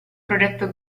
progetto